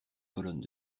colonnes